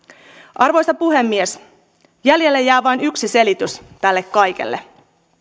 arvoisa puhemies jäljelle jää vain yksi selitys tälle kaikelle